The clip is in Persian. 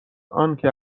آنکه